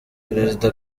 perezida